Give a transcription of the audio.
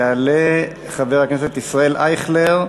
יעלה חבר הכנסת ישראל אייכלר,